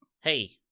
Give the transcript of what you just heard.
hey